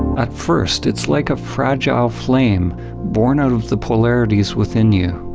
at first it's like a fragile flame born out of the polarities within you.